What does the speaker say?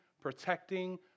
protecting